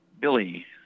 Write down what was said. Billy